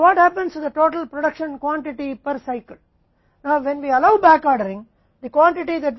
बिना आदेश के मामले को देखा जा सकता है या माना जा सकता है कि Cs अनंत के बराबर है इसलिए लागत कम हो जाती है